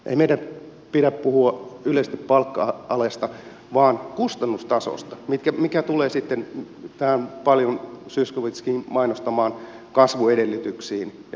ei meidän pidä puhua yleisesti palkka alesta vaan kustannustasosta mikä tulee sitten zyskowiczinkin paljon mainostamiin kasvuedellytyksiin ja tämäntyyppisiin asioihin